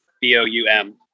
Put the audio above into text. b-o-u-m